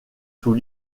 sous